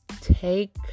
take